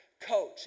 coach